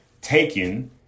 taken